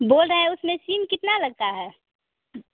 बोल रहा है उसमें सिम कितना लगता है